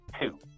two